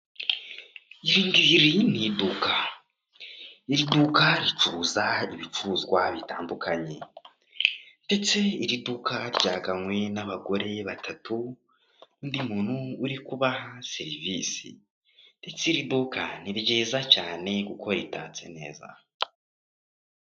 Iri ngiri ni iduka. Iri duka ricuruza ibicuruzwa bitandukanye, ndetse iri duka ryaganywe n'abagore batatu, undi muntu uri kubaha serivisi, ndetse iri duka ni ryiza cyane kuko ritatse neza.